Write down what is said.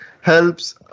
helps